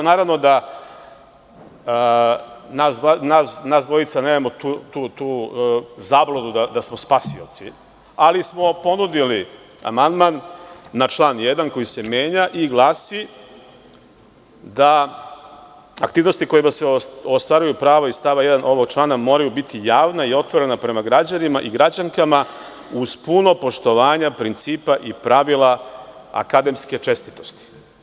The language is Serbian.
Naravno da nas dvojica nemamo tu zabludu da smo spasioci, ali smo ponudili amandman na član 1. koji se menja i glasi – da aktivnosti kojima se ostvaruju prava iz stava 1. ovog člana moraju biti javna i otvorena prema građanima i građankama, uz puno poštovanje principa i pravila akademske čestitosti.